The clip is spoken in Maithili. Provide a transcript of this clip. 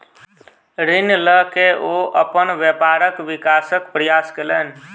ऋण लय के ओ अपन व्यापारक विकासक प्रयास कयलैन